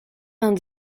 vingt